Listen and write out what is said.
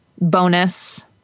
bonus